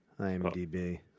IMDB